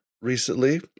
recently